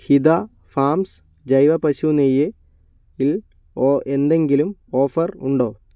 ഹിത farms ജൈവ പശു നെയ്യ്ൽ എന്തെങ്കിലും ഓഫർ ഉണ്ടോ